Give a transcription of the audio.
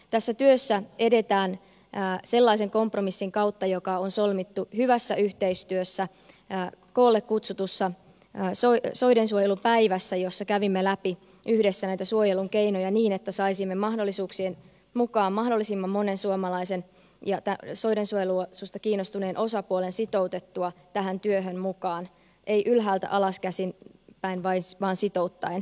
tässä työssä edetään sellaisen kompromissin kautta joka on solmittu hyvässä yhteistyössä koolle kutsutussa soidensuojelupäivässä missä kävimme läpi yhdessä näitä suojelun keinoja niin että saisimme mahdollisuuksien mukaan mahdollisimman monen suomalaisen ja soidensuojelusta kiinnostuneen osapuolen sitoutettua tähän työhön mukaan ei ylhäältä käsin alaspäin vaan sitouttaen